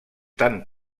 tant